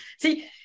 see